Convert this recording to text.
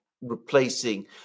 replacing